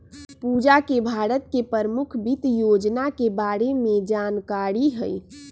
पूजा के भारत के परमुख वित योजना के बारे में जानकारी हई